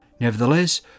Nevertheless